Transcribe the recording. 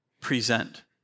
present